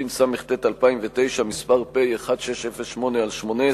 התשס"ט 2009, פ/1608/18